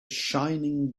shining